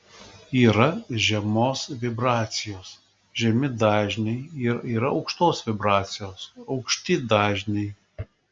yra žemos vibracijos žemi dažniai ir yra aukštos vibracijos aukšti dažniai